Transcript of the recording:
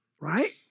right